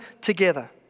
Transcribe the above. together